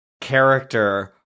character